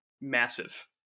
massive